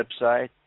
website